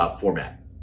format